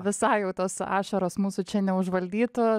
visai jau tos ašaros mūsų čia neužvaldytų